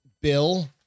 Bill